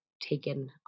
taken